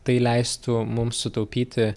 tai leistų mums sutaupyti